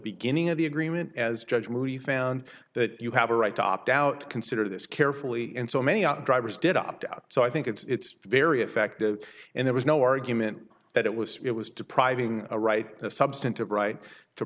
beginning of the agreement as judge moody found that you have a right to opt out consider this carefully in so many out drivers did opt out so i think it's very effective and there was no argument that it was it was depriving a right of substantive right to